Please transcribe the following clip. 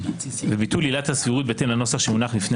ביטול עילת הסבירות בהתאם לנוסח שמונח בפני